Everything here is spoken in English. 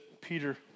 Peter